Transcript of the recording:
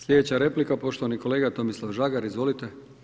Sljedeća replika poštovani kolega Tomislav Žagar, izvolite.